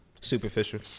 Superficial